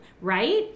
right